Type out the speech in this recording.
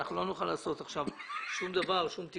אנחנו לא נוכל לעשות עכשיו שום תיקון,